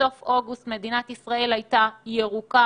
בסוף אוגוסט מדינת ישראל הייתה ירוקה,